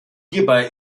hierbei